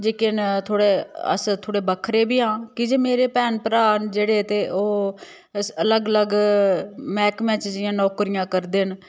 जेह्के न थोह्ड़े अस थोह्ड़े बक्खरे बी आं की जे मेरे भैन भ्राऽ न जेह्ड़े ते ओह् अलग अलग मैह्कमे च जियां नौकरियां करदे न